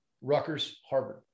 Rutgers-Harvard